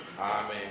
Amen